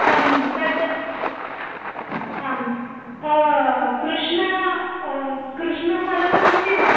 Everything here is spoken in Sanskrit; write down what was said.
आं तद् आम् कृष्णाः कृष्णफ़लकमस्ति वा